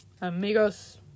Amigos